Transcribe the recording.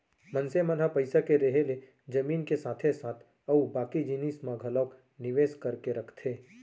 मनसे मन ह पइसा के रेहे ले जमीन के साथे साथ अउ बाकी जिनिस म घलोक निवेस करके रखथे